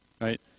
right